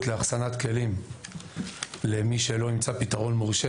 לאחסנת כלים למי שלא ימצא פתרון מורשה